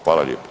Hvala lijepo.